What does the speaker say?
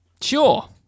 Sure